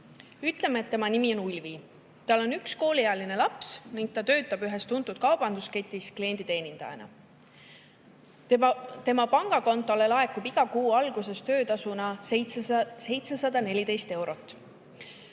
Ütleme, et tema nimi on Ulvi. Tal on üks kooliealine laps ning ta töötab ühes tuntud kaubandusketis klienditeenindajana. Tema pangakontole laekub iga kuu alguses töötasuna 714 eurot.